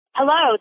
Hello